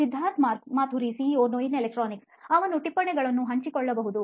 Siddharth Maturi CEO ನೋಯಿನ್ electronics ಅವನು ಟಿಪ್ಪಣಿಗಳನ್ನೂ ಹಂಚಿಕೊಳ್ಳಬಹುದು